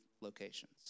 locations